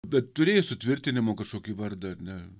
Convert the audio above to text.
bet turėjai sutvirtinimo kažkokį vardą ar ne